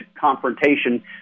confrontation